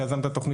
שיזם אותה,